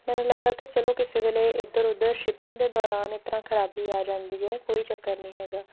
ਮੈਨੂੰ ਲੱਗਿਆ ਕਿ ਚਲੋ ਕਿਸੇ ਵੇਲੇ ਇੱਧਰ ਉੱਧਰ ਸ਼ਿਪਿੰਗ ਦੇ ਦੌਰਾਨ ਇਸ ਤਰ੍ਹਾਂ ਖ਼ਰਾਬੀ ਆ ਜਾਂਦੀ ਹੈ ਕੋਈ ਚੱਕਰ ਨਹੀਂ ਹੈਗਾ